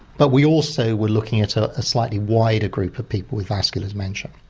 but we also were looking at a slightly wider group of people with vascular dementia,